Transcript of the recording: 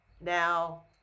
now